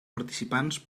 participants